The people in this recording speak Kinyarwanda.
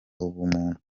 ubumuntu